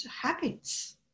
habits